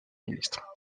ministre